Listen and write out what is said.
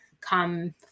come